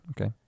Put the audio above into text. Okay